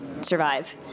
survive